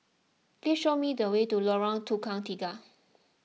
please show me the way to Lorong Tukang Tiga